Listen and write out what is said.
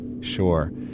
Sure